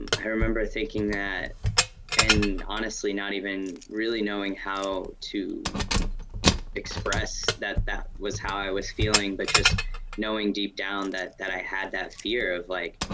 i remember thinking that and honestly not even really knowing how to express that that was how i was feeling. but just knowing deep down that that i had that fear of like,